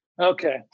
okay